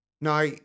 Now